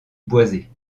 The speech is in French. boisée